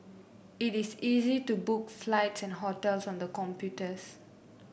it is easy to book flights and hotels on the computers